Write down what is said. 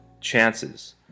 Chances